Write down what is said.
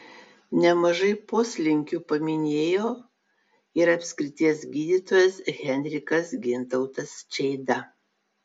nemažai poslinkių paminėjo ir apskrities gydytojas henrikas gintautas čeida